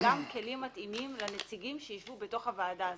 גם כלים מתאימים לנציגים שישבו בתוך הוועדה הזאת.